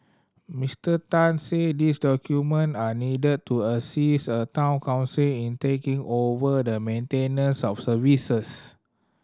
Mister Tan said these document are needed to assist a Town Council in taking over the maintenance of services